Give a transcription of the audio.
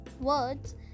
Words